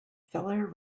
feller